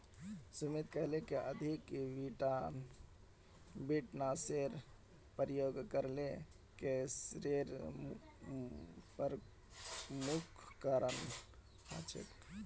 सुमित कहले कि अधिक कीटनाशेर प्रयोग करले कैंसरेर प्रमुख कारण हछेक